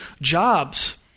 jobs